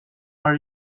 are